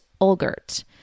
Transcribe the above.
Olgert